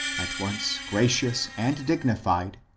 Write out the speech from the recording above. at once gracious and dignified,